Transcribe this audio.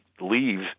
leave